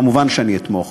כמובן, אני אתמוך.